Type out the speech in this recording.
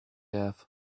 have